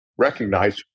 recognize